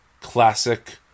classic